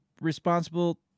responsible